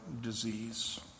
disease